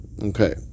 Okay